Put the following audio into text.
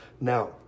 Now